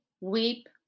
weep